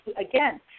again